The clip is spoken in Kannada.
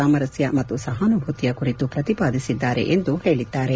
ಸಾಮರಸ್ಕ ಮತ್ತು ಸಹಾನುಭೂತಿಯ ಕುರಿತೂ ಪ್ರತಿಪಾದಿಸಿದ್ದಾರೆ ಎಂದು ಹೇಳಿದ್ದಾರೆ